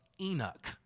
Enoch